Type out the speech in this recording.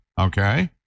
okay